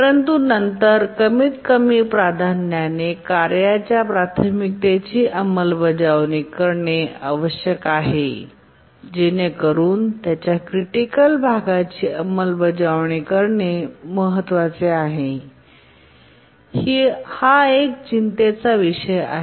परंतु नंतर कमीतकमी प्राधान्याने कार्याच्या प्राथमिकतेची अंमलबजावणी करणे आवश्यक आहे जेणेकरून त्याच्या क्रिटिकल भागाची अंमलबजावणी करणे महत्त्वाचे आहे आणि ही चिंतेचा विषय आहे